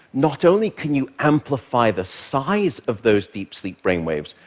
not only can you amplify the size of those deep-sleep brainwaves,